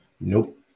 Nope